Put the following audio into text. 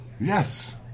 Yes